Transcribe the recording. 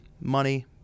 money